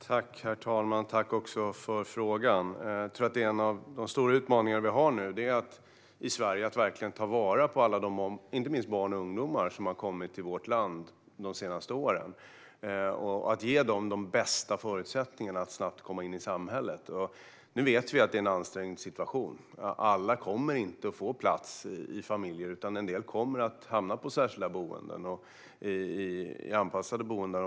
Herr talman! Tack för frågan! En av de stora utmaningar vi har i Sverige är att verkligen ta vara på alla, inte minst barn och ungdomar, som har kommit till vårt land de senaste åren och att ge dem de bästa förutsättningarna att snabbt komma in i samhället. Nu vet vi att det är en ansträngd situation. Alla kommer inte att få plats i familjer utan en del kommer att hamna i särskilda boenden eller olika former av anpassade boenden.